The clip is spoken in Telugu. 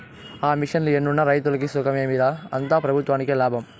ఆ మిషన్లు ఎన్నున్న రైతులకి సుఖమేమి రా, అంతా పెబుత్వంకే లాభం